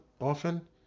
often